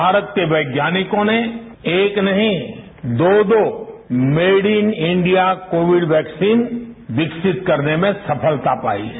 भारत के देख़ानिकों ने एक नहीं दो दो made in India COVID vaccine विकसित करने में सफलता पाई है